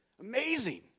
Amazing